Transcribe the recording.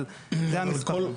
אבל זה המספרים.